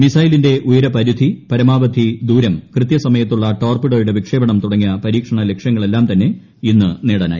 മീസൈലിന്റെ ഉയരപരിധി പരമാവധി ദൂരം കൃതൃസമയത്തുള്ള ടോർപിഡോയുടെ വിക്ഷേപണം തുടങ്ങിയ് പരീക്ഷണ ലക്ഷ്യങ്ങളെല്ലാം തന്നെ ഇന്ന് നേടാനായി